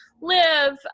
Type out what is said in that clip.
live